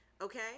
okay